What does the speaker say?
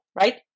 right